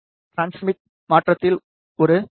transmit மாற்றத்தில் ஒரு we